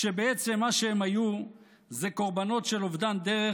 בעצם מה שהם היו זה קורבנות של אובדן דרך